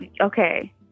Okay